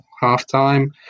half-time